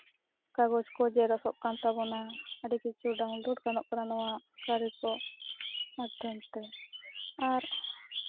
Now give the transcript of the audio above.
ᱠᱟᱜᱚᱡᱽ ᱠᱚ ᱡᱮᱨᱚᱠᱥ ᱚᱜ ᱠᱟᱱ ᱛᱟᱵᱚᱱᱟ ᱟᱹᱰᱤ ᱠᱤᱪᱷᱩ ᱰᱟᱣᱩᱱᱞᱳᱰ ᱜᱟᱱᱚᱜ ᱠᱟᱱᱟ ᱱᱚᱣᱟ ᱠᱟᱹᱨᱤ ᱠᱚ ᱢᱟᱫᱽᱫᱷᱚᱢ ᱛᱮ ᱟᱨ